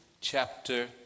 chapter